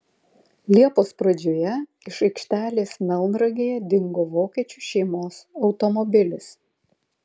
liepos pradžioje iš aikštelės melnragėje dingo vokiečių šeimos automobilis